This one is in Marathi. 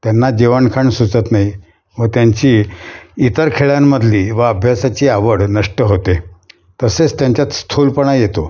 त्यांना जेवणखाण सुचत नाही व त्यांची इतर खेळांमधली व अभ्यासाची आवड नष्ट होते तसेच त्यांच्यात स्थूलपणा येतो